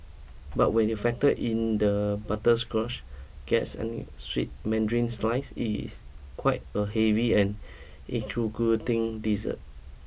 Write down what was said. but when you factor in the butterscotch glace and sweet mandarin slices it is quite a heavy and intriguing dessert